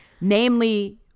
namely